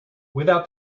without